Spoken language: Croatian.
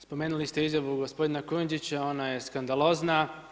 Spomenuli ste izjavu gospodina Kujundžića, ona je skandalozna.